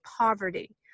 poverty